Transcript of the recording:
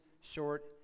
short